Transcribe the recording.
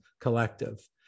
Collective